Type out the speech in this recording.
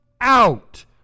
out